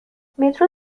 مترو